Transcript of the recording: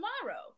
tomorrow